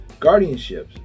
Guardianships